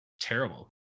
terrible